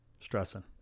stressing